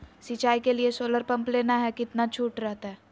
सिंचाई के लिए सोलर पंप लेना है कितना छुट रहतैय?